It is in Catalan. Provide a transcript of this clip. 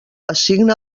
assigna